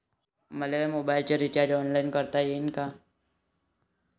मले मोबाईलच recharge online करता येईन का?